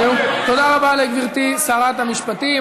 תודה רבה לגברתי שרת המשפטים.